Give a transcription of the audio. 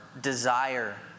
desire